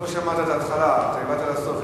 לא שמעת את ההתחלה, אתה הגעת לסוף.